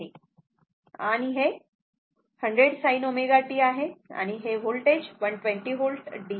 आणि हे 100 sin ω t आहे आणि हे व्होल्टेज 120V DC आहे